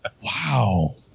wow